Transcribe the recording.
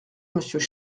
monsieur